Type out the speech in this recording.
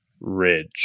ridge